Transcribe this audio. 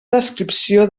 descripció